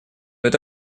это